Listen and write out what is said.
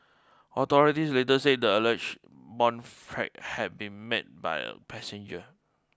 authorities later said the alleged bomb threat had been make by a passenger